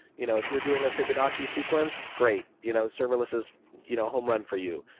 you know if you're doing a fibonacci sequence, great. you know serverless is you know a homerun for you.